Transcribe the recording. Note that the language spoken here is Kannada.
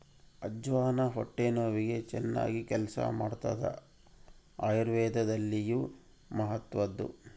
ಅಜ್ವಾನ ಹೊಟ್ಟೆ ನೋವಿಗೆ ಚನ್ನಾಗಿ ಕೆಲಸ ಮಾಡ್ತಾದ ಆಯುರ್ವೇದದಲ್ಲಿಯೂ ಮಹತ್ವದ್ದು